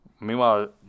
Meanwhile